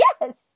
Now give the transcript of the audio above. Yes